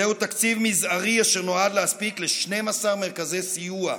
זהו תקציב מזערי אשר נועד להספיק ל-12 מרכזי סיוע,